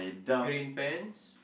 green pants